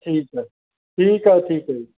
ਠੀਕ ਹੈ ਠੀਕ ਆ ਠੀਕ ਹੈ